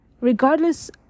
regardless